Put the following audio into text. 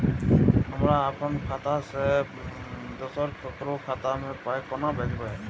हमरा आपन खाता से दोसर ककरो खाता मे पाय कोना भेजबै?